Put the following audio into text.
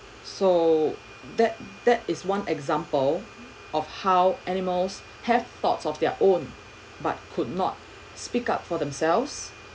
so that that is one example of how animals have thoughts of their own but could not speak up for themselves